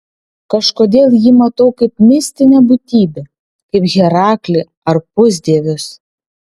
kažkodėl jį matau kaip mistinę būtybę kaip heraklį ar pusdievius